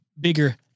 bigger